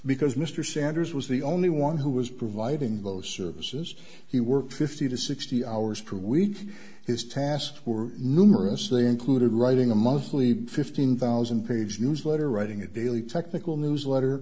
because mr sanders was the only one who was providing those services he worked fifty to sixty hours per week his tasks were numerous they included writing a monthly fifteen thousand pages newsletter writing a daily technical newsletter